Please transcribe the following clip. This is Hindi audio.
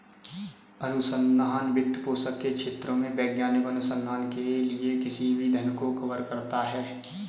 अनुसंधान वित्तपोषण के क्षेत्रों में वैज्ञानिक अनुसंधान के लिए किसी भी धन को कवर करता है